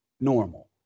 normal